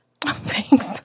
Thanks